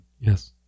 Yes